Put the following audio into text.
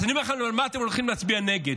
אז אני אומר לכם על מה אתם הולכים להצביע נגד: